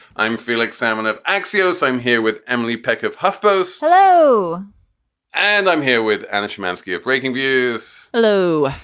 i'm felix salmon of axios. i'm here with emily peck of huffpost slow and i'm here with anish matzke of breakingviews lu.